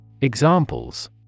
Examples